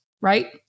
right